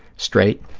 straight,